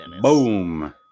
Boom